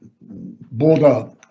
border